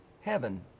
heaven